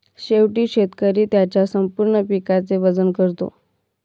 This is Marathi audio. शेवटी शेतकरी त्याच्या संपूर्ण पिकाचे वजन करतो